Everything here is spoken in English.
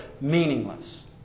Meaningless